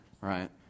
right